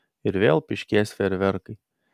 ir vėl pyškės fejerverkai